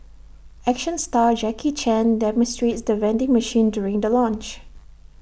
action star Jackie chan demonstrates the vending machine during the launch